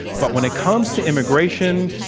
but when it comes to immigration,